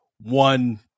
one